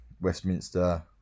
Westminster